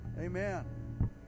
Amen